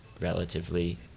relatively